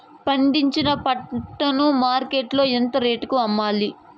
పండించిన పంట ను మార్కెట్ లో ఎంత రేటుకి అమ్మాలి?